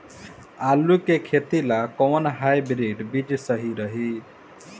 आलू के खेती ला कोवन हाइब्रिड बीज सही रही?